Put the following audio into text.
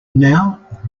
now